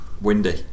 Windy